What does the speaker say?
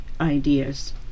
ideas